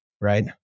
right